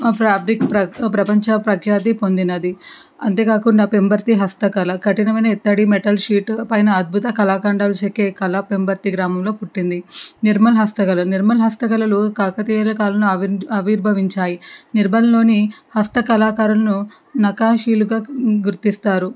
ప్రపంచప్రఖ్యాతి పొందినది అంతే కాకుండా పెంబర్తి హస్తకళా ఖఠినమైన ఇత్తడి మెటల్ షీటు పైన అద్భుత కళాకండాలు చెక్కే కళ పెంబర్తి గ్రామంలో పుటింది నిర్మల్ హస్తకళలు నిర్మల్ హస్తకళలు కాకతీయుల కాలంలో ఆవిర్భవించాయి నిర్మల్లోని హస్తకళాకారులును నకాషీయులుగా గుర్తిస్తారు